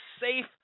safe